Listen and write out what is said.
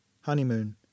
Honeymoon